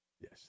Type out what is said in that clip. Yes